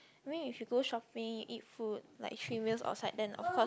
in mean if you go shopping eat food like three meals outside then of course